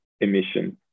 emissions